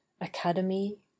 Academy